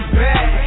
back